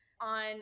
on